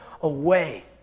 away